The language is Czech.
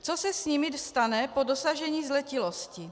Co se s nimi stane po dosažení zletilosti?